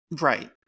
Right